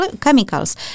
chemicals